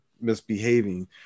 misbehaving